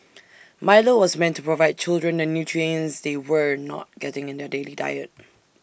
milo was meant to provide children the nutrients they were not getting in their daily diet